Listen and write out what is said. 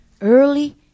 Early